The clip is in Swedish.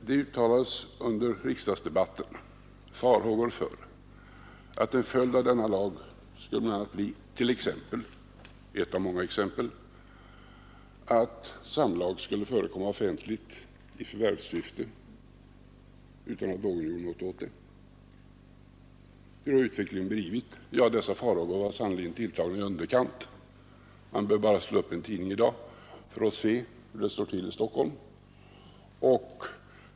Det uttalades under riksdagsdebatten farhågor för att en följd av denna lag skulle bli t.ex. — ett av många exempel — att samlag skulle förekomma offentligt i förvärvssyfte utan att något kunde åtgöras. Hur har utvecklingen blivit? Ja, dessa farhågor var sannerligen tilltagna i underkant. Vi behöver bara slå upp en tidning i dag för att se hur det står till i Stockholm.